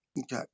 Okay